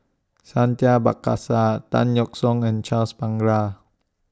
Santha Tan Yeok Seong and Charles Paglar